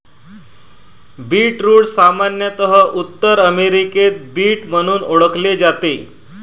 beetroot सामान्यत उत्तर अमेरिकेत बीट म्हणून ओळखले जाते